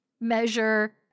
measure